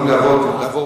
ואנחנו יכולים לעבור מייד,